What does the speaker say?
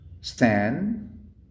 stand